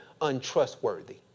untrustworthy